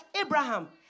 Abraham